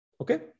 Okay